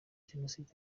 jenoside